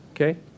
okay